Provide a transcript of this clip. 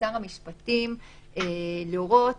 לשר המשפטים להורות